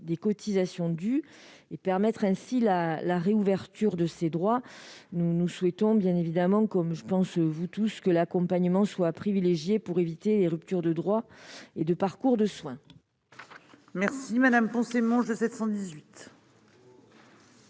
des cotisations dues, afin de permettre la réouverture de ses droits. Nous souhaitons évidemment, comme vous tous- j'imagine -, que l'accompagnement soit privilégié pour éviter les ruptures de droits et de parcours de soins.